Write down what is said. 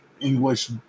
English